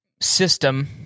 system